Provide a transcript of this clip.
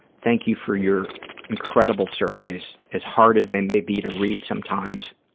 thank you for your incredible surveys. as hard as they may be to read sometimes,